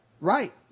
right